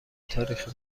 تاریخی